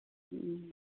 ᱦᱮᱸ